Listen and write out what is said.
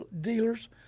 dealers